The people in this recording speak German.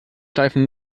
steifen